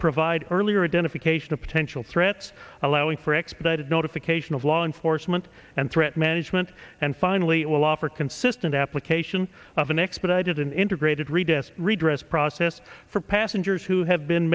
provide earlier identification of potential threats allowing for expedited notification of law enforcement and threat management and finally it will offer consistent application of an expedited an integrated retest redress process for passengers who have been